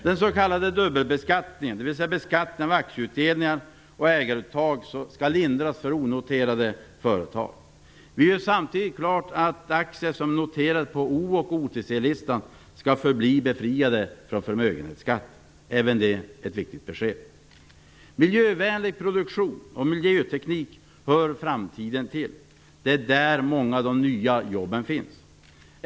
Den s.k. dubbelbeskattningen, dvs. beskattningen av aktieutdelningar och ägaruttag, skall lindras för de onoterade företagen. Vi gör samtidigt klart att aktier som är noterade på O och OTC-listan skall förbli befriade från förmögenhetsskatt. Det är ett viktigt besked. Miljövänlig produktion och miljöteknik hör framtiden till. Det är där många av de nya jobben finns.